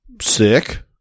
sick